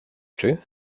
true